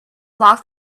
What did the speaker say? lock